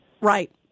Right